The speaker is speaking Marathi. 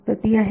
तर ती आहे